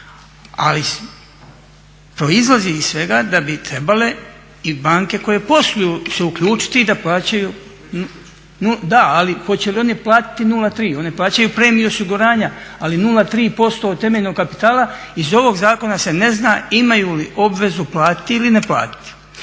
Ali proizlazi iz svega da bi trebale i banke koje posluju se uključiti i da pojačaju. Da, ali hoće li one platiti 0,3. One plaćaju premiju osiguranja, ali 0,3% od temeljnog kapitala iz ovog zakona se ne zna imaju li obvezu platiti ili neplatiti.